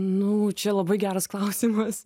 nu čia labai geras klausimas